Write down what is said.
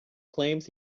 claims